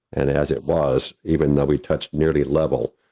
and as it was, even though we touched nearly level,